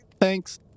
thanks